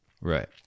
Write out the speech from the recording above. Right